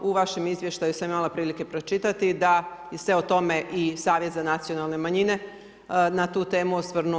U vašem izvještaju sam imala prilike pročitati da se o tome i Savjet za nacionalne manjine na tu temu osvrnuo.